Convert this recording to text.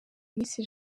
minsi